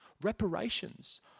reparations